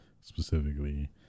specifically